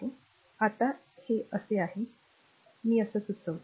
तर आता हे असे आहे मी काय सुचवतो